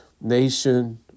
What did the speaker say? Nation